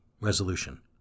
Resolution